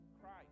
Christ